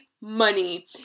money